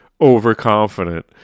overconfident